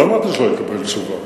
לא אמרתי שלא יקבל תשובה.